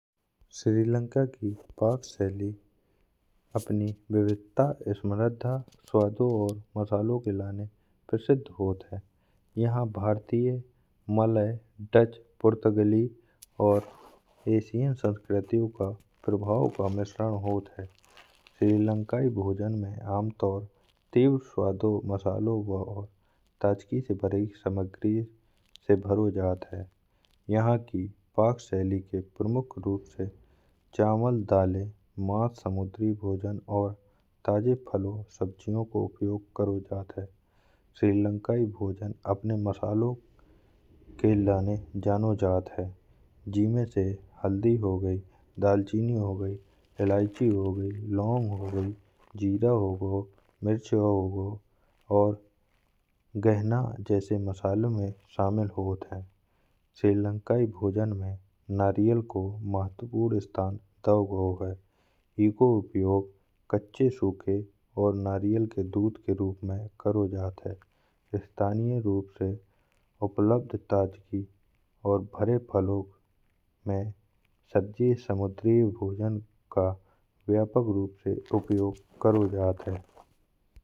श्रीलंका की पक शैली अपनी विविधता स्मृति स्वादों और मसालों के लिए प्रसिद्ध होती है यहाँ भारतीय मलय, डच, पुर्तगाली और एशियन संस्कृतियों का प्रभाव का मिश्रण होता है। श्रीलंकाई भोजन में आमतौर पर तीव्र स्वादों, मसालों और ताजगी से भरी सामग्री से भरा जाता है। यहाँ की पक शैली के प्रमुख रूप से चावल, दालें, मांस, समुद्री भोजन और ताजे फलों सब्जियों को उपयोग किया जाता है। श्रीलंकाई भोजन अपने मसालों के लिए जाना जाता है जिनमें से हल्दी हो गई, दालचीनी हो गई, इलायची हो गई, लौंग हो गई, जीरा हो गया, मिर्च हो गई। और गहना जैसे मसालों में शामिल होता है। श्रीलंकाई भोजन में नारियल को महत्वपूर्ण स्थान दिया जाता है, इसका उपयोग कच्चे, सूखे और नारियल के दूध के रूप में किया जाता है। स्थानीय रूप से उपलब्ध ताजे और भरे फलों में सच्ची समुद्री भोजन का व्यापक रूप से उपयोग किया जाता है।